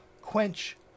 quench